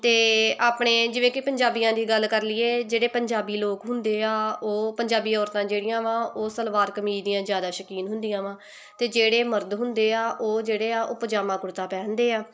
ਅਤੇ ਆਪਣੇ ਜਿਵੇਂ ਕਿ ਪੰਜਾਬੀਆਂ ਦੀ ਗੱਲ ਕਰ ਲਈਏ ਜਿਹੜੇ ਪੰਜਾਬੀ ਲੋਕ ਹੁੰਦੇ ਆ ਉਹ ਪੰਜਾਬੀ ਔਰਤਾਂ ਜਿਹੜੀਆਂ ਵਾ ਉਹ ਸਲਵਾਰ ਕਮੀਜ਼ ਦੀਆਂ ਜ਼ਿਆਦਾ ਸ਼ੌਕੀਨ ਹੁੰਦੀਆਂ ਵਾ ਅਤੇ ਜਿਹੜੇ ਮਰਦ ਹੁੰਦੇ ਆ ਉਹ ਜਿਹੜੇ ਆ ਉਹ ਪਜਾਮਾ ਕੁੜਤਾ ਪਹਿਨਦੇ ਆ